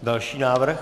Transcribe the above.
Další návrh.